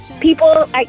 people